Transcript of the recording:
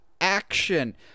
action